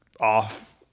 off